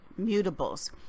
mutables